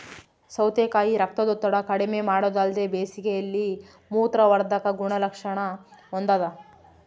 ಸೌತೆಕಾಯಿ ರಕ್ತದೊತ್ತಡ ಕಡಿಮೆಮಾಡೊದಲ್ದೆ ಬೇಸಿಗೆಯಲ್ಲಿ ಮೂತ್ರವರ್ಧಕ ಗುಣಲಕ್ಷಣ ಹೊಂದಾದ